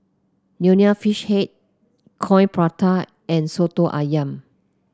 Nonya Fish Head Coin Prata and soto ayam